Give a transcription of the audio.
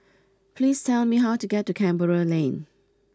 please tell me how to get to Canberra Lane